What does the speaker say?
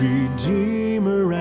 Redeemer